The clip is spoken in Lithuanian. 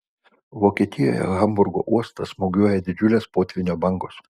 vokietijoje hamburgo uostą smūgiuoja didžiulės potvynio bangos